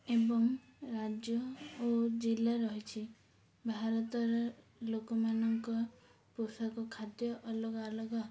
ଏବଂ ରାଜ୍ୟ ଓ ଜିଲ୍ଲା ରହିଛି ଭାରତର ଲୋକମାନଙ୍କ ପୋଷାକ ଖାଦ୍ୟ ଅଲଗା ଅଲଗା